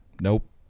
nope